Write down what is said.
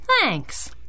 Thanks